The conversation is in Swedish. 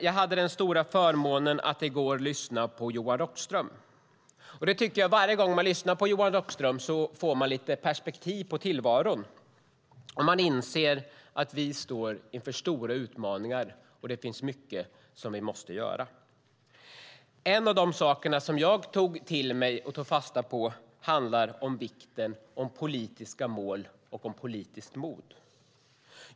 Jag hade i går den stora förmånen att lyssna på Johan Rockström. Varje gång jag lyssnar på honom får jag lite perspektiv på tillvaron och inser att vi står inför stora utmaningar och att det finns mycket vi måste göra. En av de saker som jag tog fasta på handlade om vikten av politiska mål och politiskt mod.